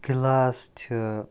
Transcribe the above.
glass چھِ